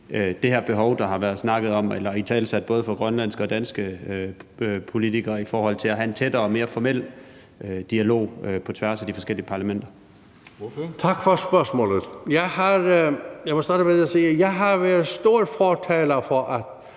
det her behov, der har været snakket om eller italesat både fra grønlandske og danske politikeres side, i forhold til at have en tættere og mere formel dialog på tværs af de forskellige parlamenter? Kl. 21:06 Formanden (Henrik Dam Kristensen):